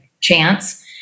chance